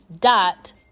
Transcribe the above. dot